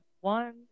one